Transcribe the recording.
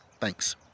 thanks